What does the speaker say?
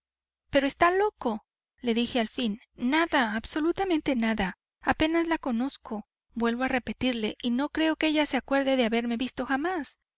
pero está loco le dije al fin nada absolutamente nada apenas la conozco vuelvo a repetirle y no creo que ella se acuerde de haberme visto jamás